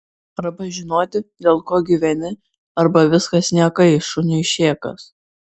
arba žinoti dėl ko gyveni arba viskas niekai šuniui šėkas